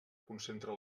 concentra